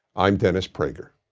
i'm dennis prager.